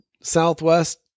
southwest